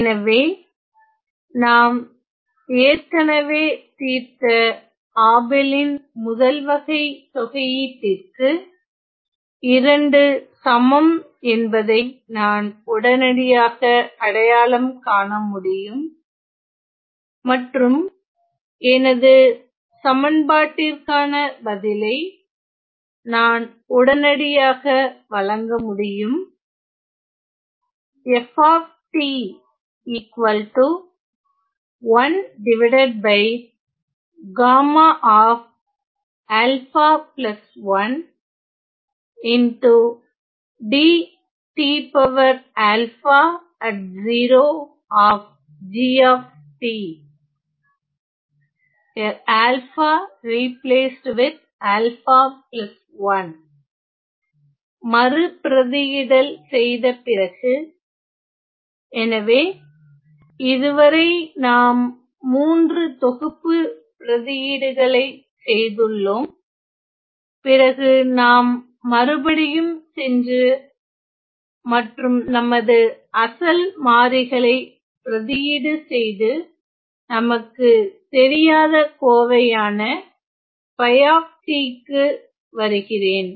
எனவே நாம் ஏற்கனவே தீர்த்த ஆபெலின் முதல் வகை தொகையீடிற்கு இரண்டு சமம் என்பதை நான் உடனடியாக அடையாளம் காண முடியும் மற்றும் எனது சமன்பாட்டிற்கான பதிலை நான் உடனடியாக வழங்க முடியும் மறு பிரதியிடல் செய்த பிறகு எனவே இதுவரை நாம் மூன்று தொகுப்பு பிரதியீடுகளை செய்துள்ளோம் பிறகு நாம் மறுபடியும் சென்று மற்றும் நமது அசல் மாறிகளை பிரதியீடு செய்து நமக்கு தெரியாத கோவையான ற்கு வருகிறேன்